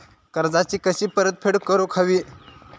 कर्जाची कशी परतफेड करूक हवी?